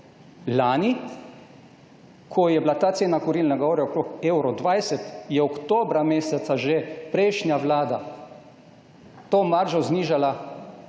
Lani, ko je bila ta cena kurilnega okolja okoli 1,20, je oktobra meseca že prejšnja vlada to maržo znižala